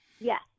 Yes